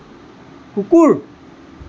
কুকুৰ